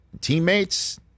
teammates